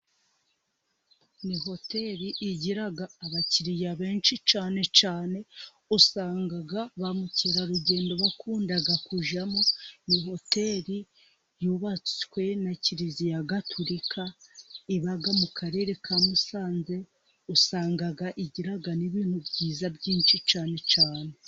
Ni hoteli igira abakiriya benshi cyane cyane. Usanga ba mukerarugendo bakunda kujyamo. Ni hotel yubatswe na kiliziya gatulika iba mu karere ka musanze usanga igira n'ibintu byiza byinshi cyane cyane .